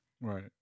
right